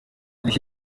iki